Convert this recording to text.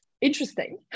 interesting